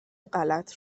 غلط